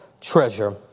treasure